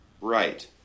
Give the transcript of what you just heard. Right